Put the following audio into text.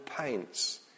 paints